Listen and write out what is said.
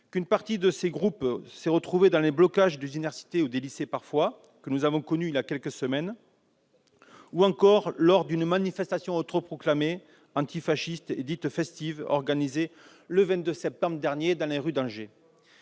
qu'une partie de ces groupes s'est retrouvée dans les blocages des universités, voire des lycées, il y a quelques semaines, ou encore lors d'une manifestation autoproclamée « antifasciste » et dite « festive », organisée le 22 septembre dernier dans les rues d'Angers.